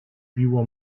biło